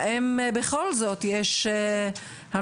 האם בכל זאת יש המלצות,